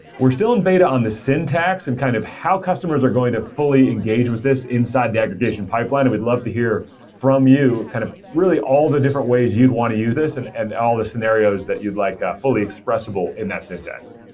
we're still in beta on the syntax and kind of how customers are going to fully engage with this inside the aggregation pipeline, and we'd love to hear from you kind of really all the different ways you'd want to use this and and all the scenarios that you'd like ah fully expressible in that syntax.